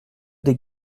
des